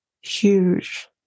huge